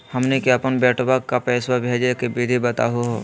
हमनी के अपन बेटवा क पैसवा भेजै के विधि बताहु हो?